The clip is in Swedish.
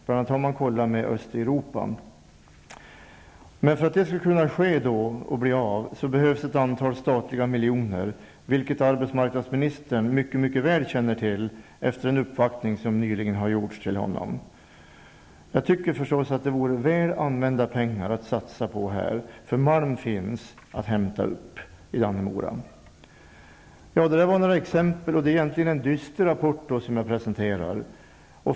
Bl.a. har man hört sig för i Östeuropa. För att det skall kunna bli av behövs ett antal statliga miljoner, vilket arbetsmarknadsministern mycket mycket väl känner till efter en uppvaktning hos honom nyligen. Jag tycker förstås att det vore väl använda pengar att satsa på detta, eftersom malm finns att hämta upp i Dannemora. Det var några exempel, och det är egentligen en dyster rapport som jag presenterar.